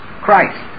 Christ